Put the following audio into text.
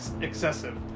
Excessive